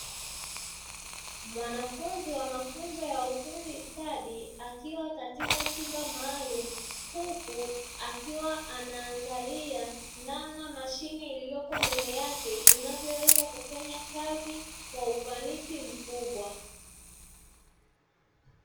Mwanafunzi wa mafunzo ya ufundi stadi akiwa katika chumba maalumu, huku akiwa anaangalia namna mashine iliyopo mbele yake, inavyoweza kufanya kazi kwa ufanisi mkubwa.